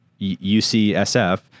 UCSF